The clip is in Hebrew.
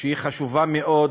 חשובה מאוד,